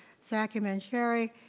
zaki panjsheeri,